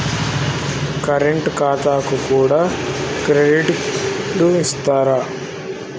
Current ఖాతాకు కూడా credit card ఇత్తరా?